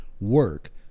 work